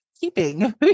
keeping